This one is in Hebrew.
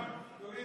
תוריד